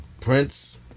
Prince